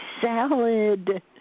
salad